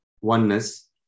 oneness